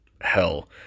Hell